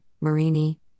Marini